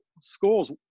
schools